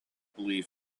belief